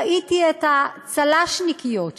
ראיתי את הצל"שניקיות שלנו,